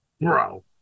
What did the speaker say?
Bro